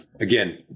again